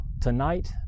tonight